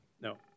No